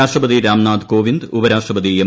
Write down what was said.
രാഷ്ട്രപതി രാംനാഥ് കോവിന്ദ് ഉപരാഷ്ട്രപതി എം